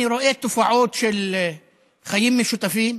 אני רואה תופעות של חיים משותפים,